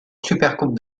supercoupe